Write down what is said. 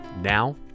now